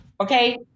Okay